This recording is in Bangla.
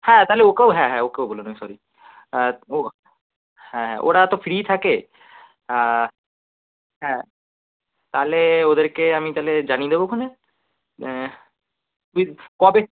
হ্যাঁ তাহলে ওকেও হ্যাঁ হ্যাঁ ওকেও বলে নেবো সরি হ্যাঁ ও হ্যাঁ ওরা তো ফ্রিই থাকে হ্যাঁ তালে ওদেরকে আমি তাহলে জানিয়ে দেবো খনে তুই কবে